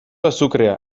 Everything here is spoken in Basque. azukrea